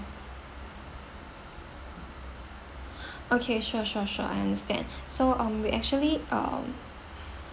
okay sure sure sure I understand so um we actually um